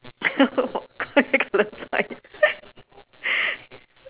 colour blind